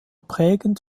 prägend